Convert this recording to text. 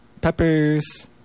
peppers